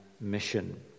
mission